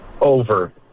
Over